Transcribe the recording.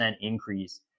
increase